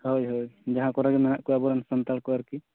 ᱦᱳᱭ ᱦᱳᱭ ᱡᱟᱦᱟᱸ ᱠᱚᱨᱮ ᱜᱮ ᱢᱮᱱᱟᱜ ᱠᱚᱣᱟ ᱟᱵᱚ ᱨᱮᱱ ᱥᱟᱱᱛᱟᱲ ᱠᱚ ᱟᱨᱠᱤ